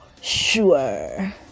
sure